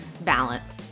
Balance